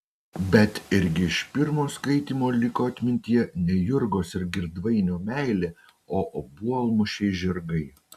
bet irgi iš pirmo skaitymo liko atmintyje ne jurgos ir girdvainio meilė o obuolmušiai žirgai